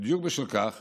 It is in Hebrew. בדיוק בשל כך